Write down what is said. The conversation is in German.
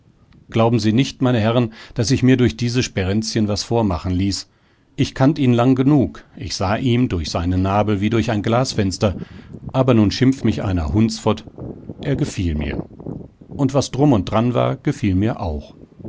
glauben sie nicht meine herren daß ich mir durch diese sperenzchen was vormachen ließ ich kannt ihn lang genug ich sah ihm durch seinen nabel wie durch ein glasfenster aber nun schimpf mich einer hundsfott er gefiel mir und was drum und dran war gefiel mir auch